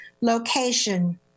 location